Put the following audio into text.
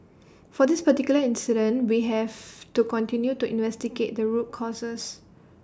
for this particular incident we have to continue to investigate the root causes